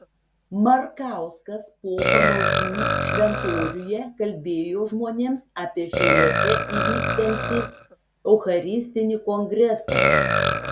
markauskas po pamaldų šventoriuje kalbėjo žmonėms apie šiauliuose įvyksiantį eucharistinį kongresą